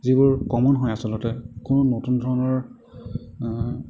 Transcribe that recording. যিবোৰ কমন হয় আচলতে কোনো নতুন ধৰণৰ